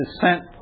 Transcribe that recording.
sent